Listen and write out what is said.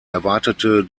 erwartete